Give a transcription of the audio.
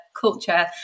culture